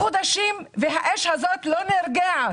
עברו חודשים והאש הזאת לא נרגעת.